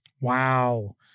Wow